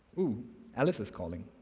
ooh alice is calling,